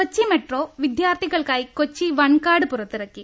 കൊച്ചിമെട്രോ വിദ്യാർഥികൾക്കായി Kochi one card പുറത്തിറക്കി